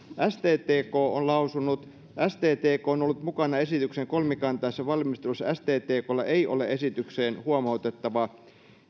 sttk on lausunut sttk on ollut mukana esityksen kolmikantaisessa valmistelussa sttklla ei ole esitykseen huomautettavaa